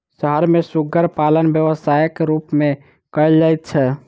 शहर मे सुग्गर पालन व्यवसायक रूप मे कयल जाइत छै